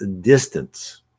distance